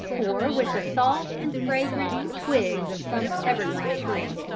or with the soft and fragrant twigs of some evergreen tree.